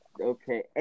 Okay